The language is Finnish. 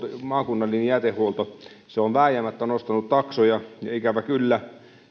maakunnallinen jätehuolto se on vääjäämättä nostanut taksoja ja ikävä kyllä